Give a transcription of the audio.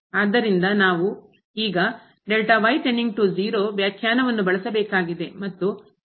ಆದ್ದರಿಂದ ನಾವು ಈಗ ವ್ಯಾಖ್ಯಾನವನ್ನು ಬಳಸಬೇಕಾಗಿದೆ ಮತ್ತು ಕ್ರಿಯೆ